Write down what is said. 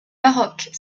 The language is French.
baroque